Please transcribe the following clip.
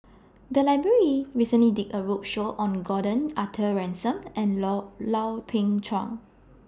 The Library recently did A roadshow on Gordon Arthur Ransome and Low Lau Teng Chuan